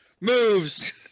moves